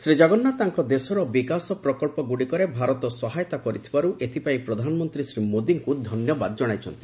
ଶ୍ରୀ ଜଗନ୍ନାଥ ତାଙ୍କ ଦେଶର ବିକାଶ ପ୍ରକଞ୍ଚଗୁଡ଼ିକରେ ଭାରତ ସହାୟତା କରିଥିବାରୁ ଏଥିପାଇଁ ପ୍ରଧାନମନ୍ତ୍ରୀ ଶ୍ରୀ ମୋଦୀଙ୍କୁ ଧନ୍ୟବାଦ ଜଣାଇଛନ୍ତି